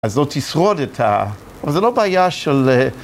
אז לא תשרוד את ה... זה לא בעיה של...